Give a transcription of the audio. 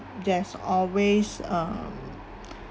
there's always um